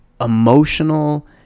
emotional